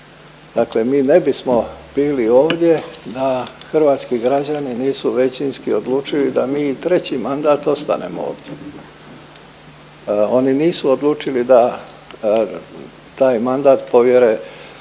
Dakle, mi ne bismo bili ovdje da hrvatski građani nisu većinski odlučili da mi i treći mandat ostanemo ovdje. Oni nisu odlučili da taj mandat povjere nekome